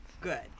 Good